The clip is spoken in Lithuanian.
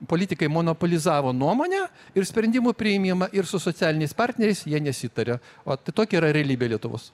politikai monopolizavo nuomonę ir sprendimų priėmimą ir su socialiniais partneriais jie nesitaria o tai tokia yra realybė lietuvos